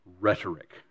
rhetoric